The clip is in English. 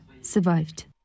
survived